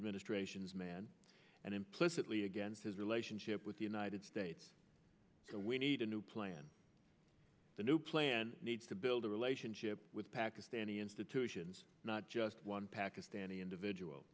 administration's man and implicitly against his relationship with the united states so we need a new plan the new plan needs to build a relationship with pakistani institutions not just one pakistani individual